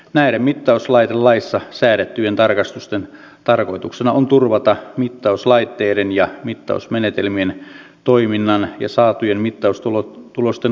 näiden mittauslaitelaissa säädettyjen tarkastusten tarkoituksena on turvata mittauslaitteiden ja mittausmenetelmien toiminnan ja saatujen mittaustulosten luotettavuus